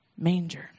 manger